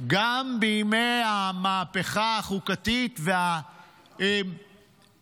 גם בימי המהפכה החוקתית וההפגנות